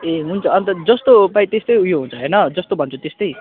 ए हुन्छ अन्त जस्तो पायो त्यस्तै उयो हुन्छ होइन जस्तो भन्छु त्यस्तै